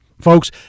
Folks